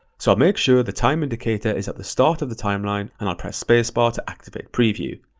so i'll make sure the time indicator is at the start of the timeline and i'll press space bar to activate preview.